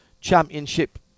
championship